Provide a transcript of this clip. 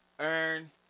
Earn